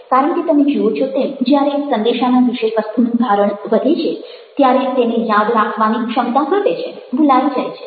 કારણ કે તમે જુઓ છો તેમ જ્યારે સંદેશાના વિષયવસ્તુનું ભારણ વધે છે ત્યારે તેને યાદ રાખવાની ક્ષમતા ઘટે છે ભૂલાઈ જાય છે